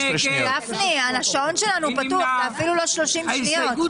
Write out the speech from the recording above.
גפני, אלה אפילו לא 30 שניות.